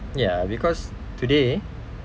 ya because today